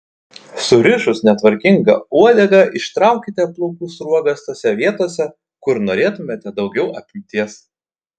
surišus netvarkingą uodegą ištraukite plaukų sruogas tose vietose kur norėtumėte daugiau apimties